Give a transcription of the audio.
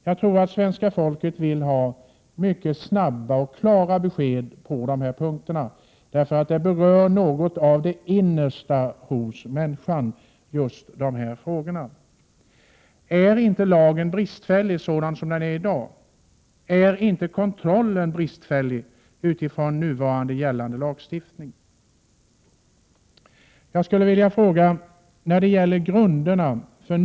Jag tror att svenska folket vill ha mycket snabba och klara besked på de här punkterna, eftersom de berör något av det innersta hos människan. Är inte lagen sådan som den är i dag bristfällig, är inte även den kontroll som utövas på grundval av nu gällande lagstiftning bristfällig? Jag skulle också vilja ta upp ytterligare en fråga.